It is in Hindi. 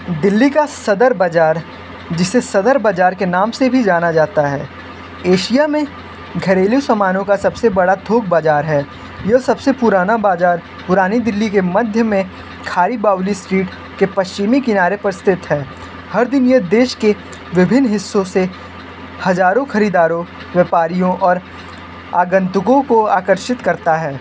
दिल्ली का सदर बाजार जिसे सदर बाजार के नाम से भी जाना जाता है एशिया में घरेलू सामानों का सबसे बड़ा थोक बाजार है जो सबसे पुराना बाज़ार पुरानी दिल्ली के मध्य में खारी बावली स्ट्रीट के पश्चिमी किनारे पर स्थित है हर दिन ये देश के विभिन्न हिस्सों से हजारों खरीदारों व्यापारियों और आगंतुकों को आकर्षित करता है